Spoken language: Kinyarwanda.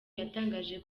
yatangaje